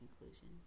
conclusion